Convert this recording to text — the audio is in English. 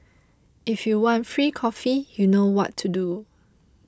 if you want free coffee you know what to do